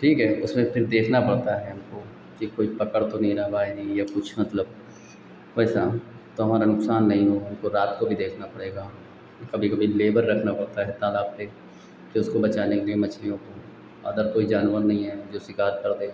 ठीक है उसमें फ़िर देखना पड़ता है हमको कि कोई पकड़ तो नहीं रहा बाहेरी या कुछ मतलब पैसा तो हमारा नुकसान नहीं हो हमको रात को भी देखना पड़ेगा कभी कभी लेबर रखना पड़ता है तालाब पर जो उसको बचाने के लिए मछलियों को अदर कोई जानवर नहीं है जो शिकार करदे